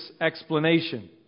explanation